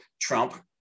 Trump